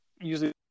usually